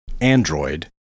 android